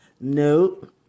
Nope